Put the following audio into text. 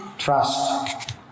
Trust